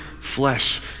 flesh